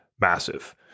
massive